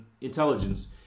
intelligence